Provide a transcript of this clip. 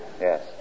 Yes